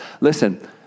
Listen